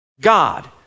God